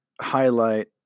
highlight